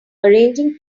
arranging